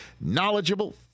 knowledgeable